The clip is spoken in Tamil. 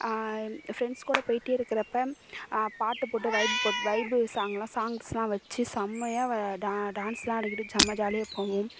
ஃப்ரெண்ட்ஸ் கூட போயிகிட்டே இருக்கிறப்ப பாட்டு போட்டு வைப் போ வைப்பு சாங்க்லாம் சாங்க்ஸ்லாம் வச்சு செம்மையா டா டான்ஸ்லாம் ஆடிக்கிட்டு செம்ம ஜாலியாக போவோம்